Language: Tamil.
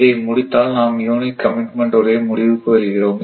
இதை முடித்தால் நாம் யூனிட் கமிட்மெண்ட் உடைய முடிவுக்கு வருகிறோம்